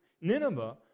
Nineveh